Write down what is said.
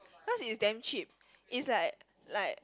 cause is damn cheap is like like